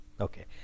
Okay